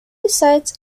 decides